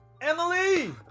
emily